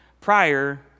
prior